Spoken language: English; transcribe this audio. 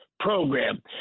program